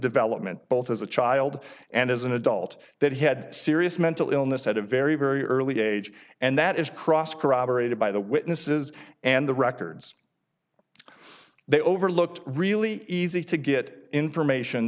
development both as a child and as an adult that he had serious mental illness had a very very early age and that is cross corroborated by the witnesses and the records they over looked really easy to get information